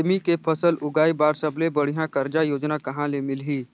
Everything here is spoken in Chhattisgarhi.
सेमी के फसल उगाई बार सबले बढ़िया कर्जा योजना कहा ले मिलही?